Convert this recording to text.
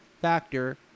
factor